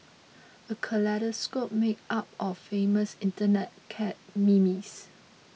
a kaleidoscope made up of famous Internet cat memes